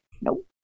Nope